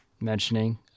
mentioning